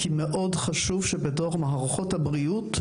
כי חשוב שבתוך מערכות הבריאות,